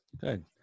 Good